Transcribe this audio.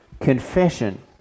confession